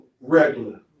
regular